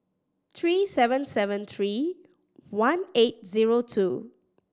three seven seven three one eight zero two